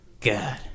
God